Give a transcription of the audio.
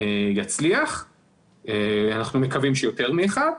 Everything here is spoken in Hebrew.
יצליח ואנחנו מקווים שיותר מאחד.